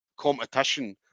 competition